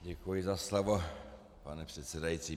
Děkuji za slovo, pane předsedající.